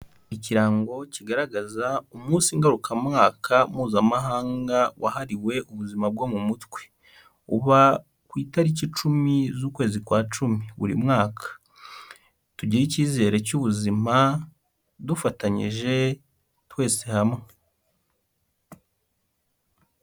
Ikirango kigaragaza umunsi ngarukamwaka mpuzamahanga wahariwe ubuzima bwo mu mutwe, uba ku itariki icumi z'ukwezi kwa cumi buri mwaka, tugire icyizere cy'ubuzima, dufatanyije twese hamwe.